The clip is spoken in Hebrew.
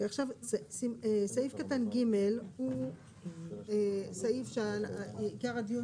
עכשיו סעיף קטן ג' הוא סעיף שעיקר הדיון